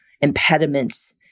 impediments